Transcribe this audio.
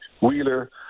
Wheeler